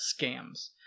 scams